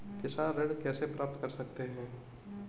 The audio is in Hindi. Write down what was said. किसान ऋण कैसे प्राप्त कर सकते हैं?